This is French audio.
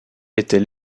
était